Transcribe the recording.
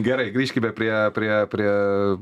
gerai grįžkime prie prie prie